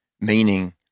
meaning